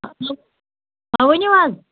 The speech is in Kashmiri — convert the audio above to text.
ؤنِو حظ